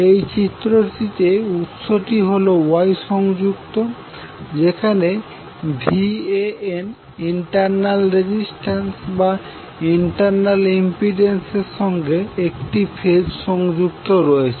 এই চিত্রটিতে উৎসটি হল Y সংযুক্ত যেখানে Van ইন্টার্নাল রেজিস্ট্যান্ট বা ইন্টার্নাল ইম্পিডেন্সের সঙ্গে একটি ফেজ সংযুক্ত রয়েছে